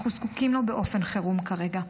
אנחנו זקוקים לו באופן חירום כרגע.